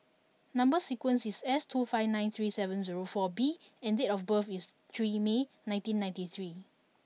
number sequence is S two five nine three seven zero four B and date of birth is three May nineteen ninety three